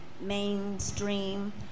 mainstream